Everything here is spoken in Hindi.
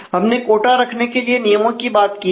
हमने कोटा रखने के लिए नियमों की बात की थी